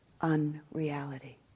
unreality